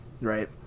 right